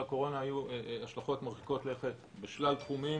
לקורונה היו השלכות מרחיקות לכת בשלל תחומים